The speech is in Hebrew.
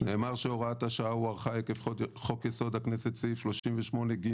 נאמר שהוראת השעה הוארכה עקב חוק יסוד הכנסת סעיף 38.ג,